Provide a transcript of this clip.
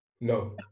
No